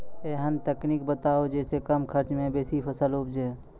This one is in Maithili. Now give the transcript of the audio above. ऐहन तकनीक बताऊ जै सऽ कम खर्च मे बेसी फसल उपजे?